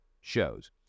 shows